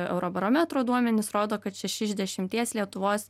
eurobarometro duomenys rodo kad šeši iš dešimties lietuvos